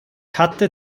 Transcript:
hatte